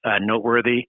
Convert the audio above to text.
noteworthy